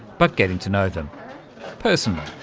but getting to know them personally.